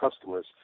customers